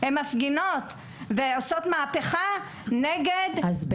האליטות מפגינות ועושות מהפכה נגד --- זאת אומרת